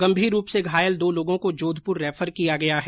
गंभीर रूप से घायल दो लोगों को जोधपुर रैफर किया गया है